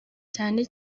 cyane